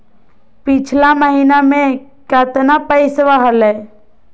पिछला महीना मे कतना पैसवा हलय?